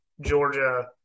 Georgia